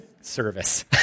Service